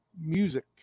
music